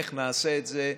איך נעשה את זה?